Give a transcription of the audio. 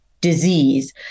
disease